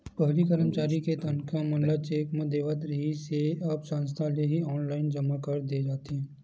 पहिली करमचारी के तनखा मन ल चेक म देवत रिहिस हे अब संस्था ले ही ऑनलाईन जमा कर दे जाथे